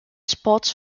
sports